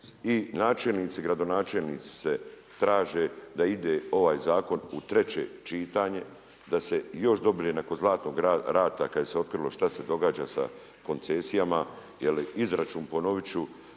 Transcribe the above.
i načelnici i gradonačelnici se traže da ide ovaj zakon u treće čitanje da se još dobije nakon Zlatnog rata kada se otkrilo šta se događa sa koncesijama jel izračun ponovit ću